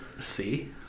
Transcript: See